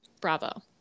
bravo